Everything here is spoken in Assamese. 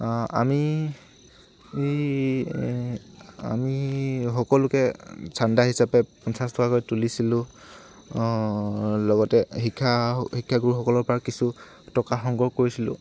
আমি এই আমি সকলোকে চান্দা হিচাপে পঞ্চাছ টকাকৈ তুলিছিলোঁ লগতে শিক্ষা শিক্ষাগুৰুসকলৰ পৰা কিছু টকা সংগ্ৰহ কৰিছিলোঁ